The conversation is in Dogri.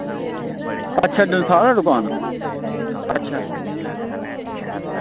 अच्छा डंसाल ऐ दुकान अच्छा